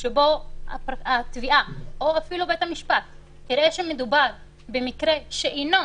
שבו התביעה או אפילו בית המשפט יראה שמדובר במקרה שאינו